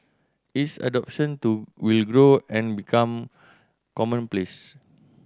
its adoption to will grow and become commonplace